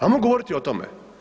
Ajmo govoriti o tome.